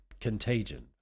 contagion